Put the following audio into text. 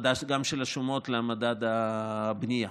הצמדה גם של השומות למדד הבנייה.